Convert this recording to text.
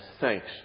thanks